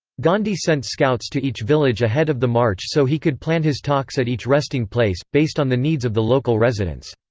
gandhi sent scouts to each village ahead of the march so he could plan his talks at each resting place, based on the needs of the local residents.